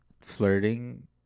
flirting